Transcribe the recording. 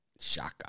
Shaka